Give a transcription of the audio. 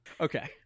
Okay